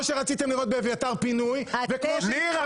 שרציתם לראות באביתר פינוי וכמו --- ניר,